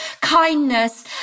kindness